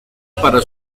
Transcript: para